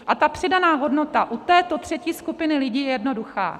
A ta přidaná hodnota u této třetí skupiny lidí je jednoduchá.